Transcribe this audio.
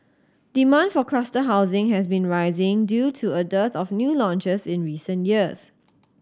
demand for cluster housing has been rising due to a dearth of new launches in recent years